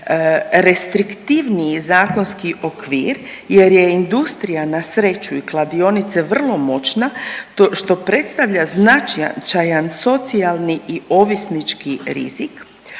restriktivniji zakonski okvir jer je industrija na sreću i kladionice vrlo moćna što predstavlja značajan socijalni i ovisnički rizik,